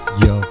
yo